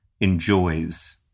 enjoys